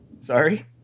Sorry